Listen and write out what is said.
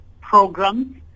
programs